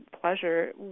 pleasure